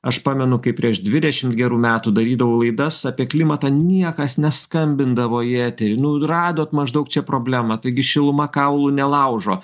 aš pamenu kaip prieš dvidešimt gerų metų darydavau laidas apie klimatą niekas neskambindavo į eterį nu radot maždaug čia problemą taigi šiluma kaulų nelaužo